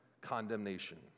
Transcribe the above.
condemnation